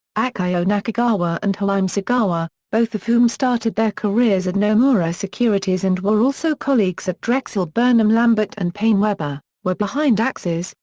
akio nakagawa and hajime sagawa, both of whom started their careers at nomura securities and were also colleagues at drexel burnham lambert and painewebber, were behind axes,